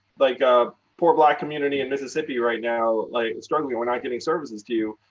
like, a poor black community in mississippi right now, like, struggling, we're not getting services to you,